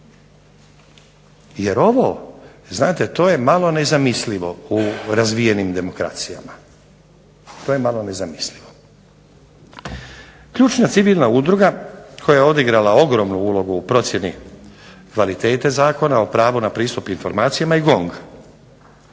Jer ovo znate to je malo nezamislivo u razvijenim demokracijama. Ključna civilna udruga koja je odigrala ogromnu ulogu u procjeni kvalitete Zakona, o pravu na pristup informacijama je GONG.